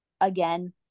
again